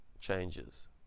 changes